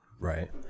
Right